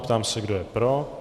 Ptám se, kdo je pro.